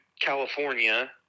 California